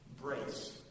brace